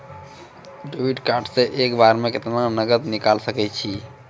Debit card से एक बार मे केतना नगद निकाल सके छी?